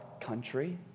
country